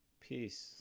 Peace